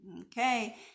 okay